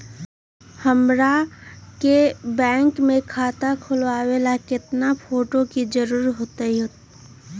हमरा के बैंक में खाता खोलबाबे ला केतना फोटो के जरूरत होतई?